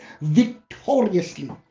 victoriously